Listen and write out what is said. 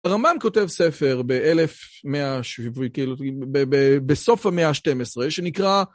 הרמב״ם כותב ספר בסוף המאה ה-12 שנקרא